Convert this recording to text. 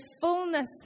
fullness